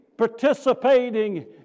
participating